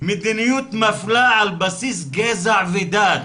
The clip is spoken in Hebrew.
מדיניות מפלה על בסיס גזע ודת,